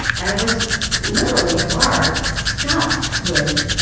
and it was literally a bar stuffed with,